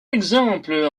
exemple